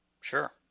Sure